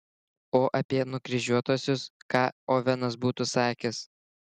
o apie nukryžiuotuosius ką ovenas būtų sakęs